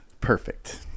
perfect